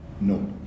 No